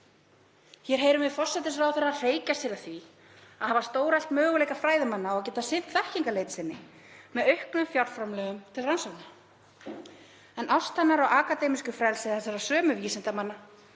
Hér heyrum við forsætisráðherra hreykja sér af því að hafa stóreflt möguleika fræðimanna til að geta sinnt þekkingarleit sinni með auknum fjárframlögum til rannsókna. En ást hennar á akademísku frelsi þessara sömu vísindamanna